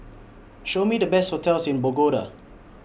Show Me The Best hotels in Bogota